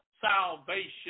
salvation